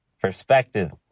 perspective